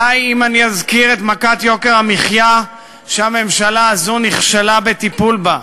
די אם אני אזכיר את מכת יוקר המחיה שהממשלה הזאת נכשלה בטיפול בה,